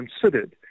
considered